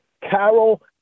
Carol